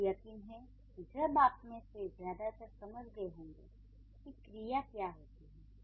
मुझे यकीन है कि अब आप में से ज्यादातर समझ गए होंगे कि क्रिया क्या होती है